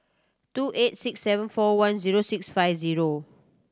two eight six seven four one zero six five zero